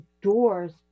doors